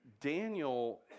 Daniel